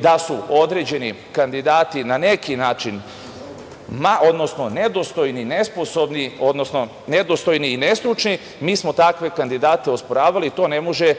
da su određeni kandidati na neki način, odnosno nedostojni, nesposobni, odnosno nedostojni i nestručni, mi smo takve kandidate osporavali, to ne može